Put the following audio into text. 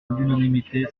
l’unanimité